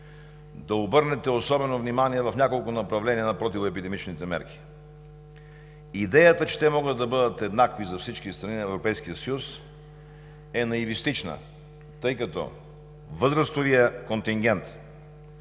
да обърнете особено внимание в няколко направления на противоепидемичните мерки. Идеята, че те могат да бъдат еднакви за всички страни на Европейския съюз, е наивистична, тъй като възрастовият контингент,